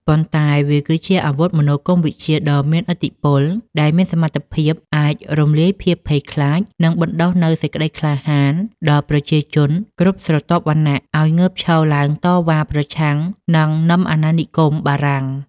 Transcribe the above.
ប៉ុន្តែវាគឺជាអាវុធមនោគមវិជ្ជាដ៏មានឥទ្ធិពល ដែលមានសមត្ថភាពអាចរំលាយភាពភ័យខ្លាច និងបណ្តុះនូវសេចក្តីក្លាហានដល់ប្រជាជនគ្រប់ស្រទាប់វណ្ណៈឱ្យងើបឈរឡើងតវ៉ាប្រឆាំងនឹងនឹមអាណានិគមបារាំង។